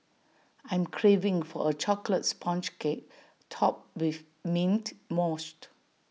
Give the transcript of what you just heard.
I am craving for A Chocolate Sponge Cake Topped with Mint Mousse